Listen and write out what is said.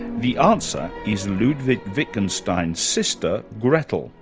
the answer is ludwig wittgenstein's sister gretl, um